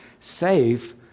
save